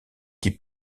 qui